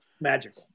Magic